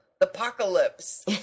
Apocalypse